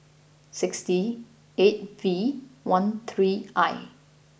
sixty eight V one three I